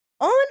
on